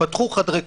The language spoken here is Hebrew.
פתחו חדרי כושר.